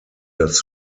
das